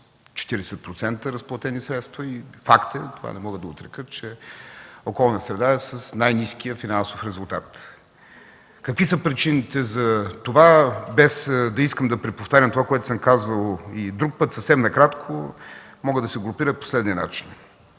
40% разплатени средства и факт е – това не мога да отрека – че „Околна среда” е с най-ниския финансов резултат. Какви са причините за това? Без да искам да преповтарям това, което съм казвал и друг път, съвсем накратко могат да се групират по следния начин: